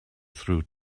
through